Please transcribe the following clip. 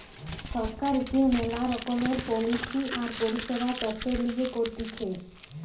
সরকার যে মেলা রকমের পলিসি আর পরিষেবা চাষের লিগে করতিছে